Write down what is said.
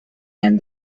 and